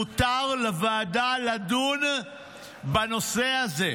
מותר לוועדה לדון בנושא הזה.